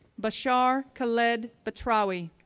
bashar khaled battrawi,